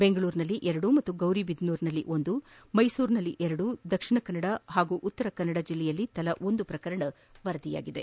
ಬೆಂಗಳೂರಿನಲ್ಲಿ ಎರಡು ಹಾಗೂ ಗೌರಿಬಿದನೂರಿನಲ್ಲಿ ಒಂದು ಮೈಸೂರಿನಲ್ಲಿ ಎರಡು ದಕ್ಷಿಣ ಕನ್ನಡ ಹಾಗೂ ಉತ್ತರ ಕನ್ನಡ ಜಿಲ್ಲೆಯಲ್ಲಿ ತಲಾ ಒಂದು ಪ್ರಕರಣಗಳು ವರದಿಯಾಗಿವೆ